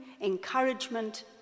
encouragement